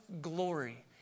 glory